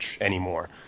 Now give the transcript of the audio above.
anymore